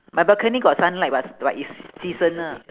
my balcony got sunlight but is like is seasonal